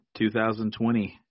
2020